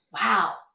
wow